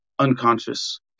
unconscious